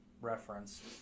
reference